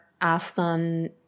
Afghan